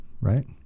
right